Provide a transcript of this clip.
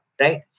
right